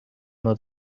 not